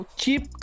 cheap